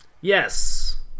Yes